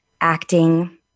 acting